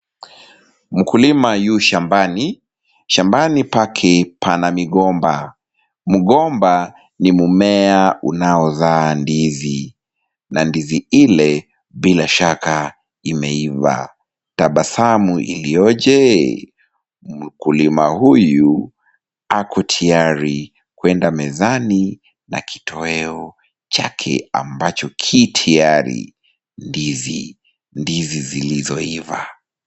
Mkulima yu shambani, shambani pake pana migomba. Mgomba ni mmea unaozaa ndizi na ndizi ile bila shaka imeiva, tabasamu iliyo je? mkulima huyu ako tayari kwenda mezani na kitoweo chake ambacho ki tiyari, ndizi, ndizi zilizoiva.